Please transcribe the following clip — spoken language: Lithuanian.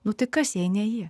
nutiks jei ne ji